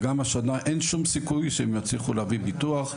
וגם השנה אין שום סיכוי שהם יצליחו להביא ביטוח.